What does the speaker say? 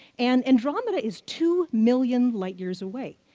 and andromeda is two million light years away.